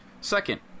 Second